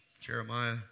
Jeremiah